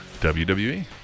WWE